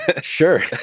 Sure